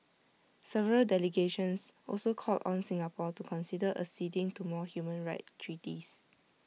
several delegations also called on Singapore to consider acceding to more human rights treaties